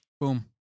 Boom